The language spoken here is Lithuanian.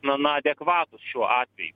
na na adekvatūs šiuo atveju